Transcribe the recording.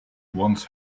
once